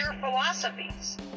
philosophies